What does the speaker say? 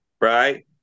Right